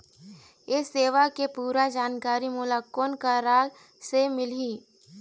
ये सेवा के पूरा जानकारी मोला कोन करा से मिलही?